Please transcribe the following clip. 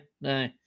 no